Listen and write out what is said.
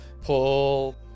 pull